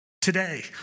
today